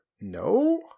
no